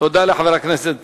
תודה לחבר הכנסת